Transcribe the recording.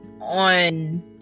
on